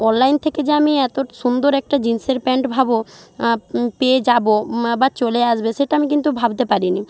online থেকে যে আমি এত সুন্দর একটা জিনসের প্যান্ট ভাবো পেয়ে যাব বা চলে আসবে সেটা আমি কিন্তু ভাবতে পারিনি